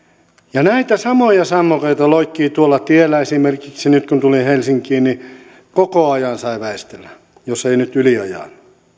ja näitä samoja sammakoita loikkii tuolla tiellä esimerkiksi nyt kun tulin helsinkiin niin koko ajan sai väistellä jos ei nyt yli ajanut